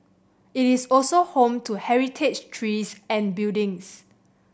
it is also home to heritage trees and buildings